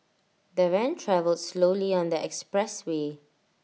the van travelled slowly on the expressway